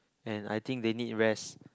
and I think they need rest